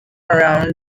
around